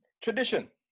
tradition